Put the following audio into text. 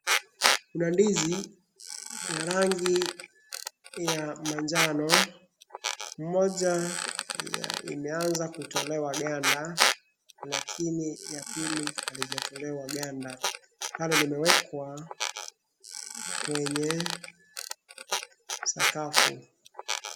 Kuna ndizi ya rangi ya manjano. Moja imeanza kutolewa ganda lakini ya pili halijatolewa ganda. Pale limewekwa kwenye sakafu.